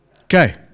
Okay